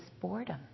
boredom